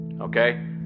okay